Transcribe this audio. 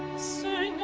sodra